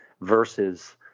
versus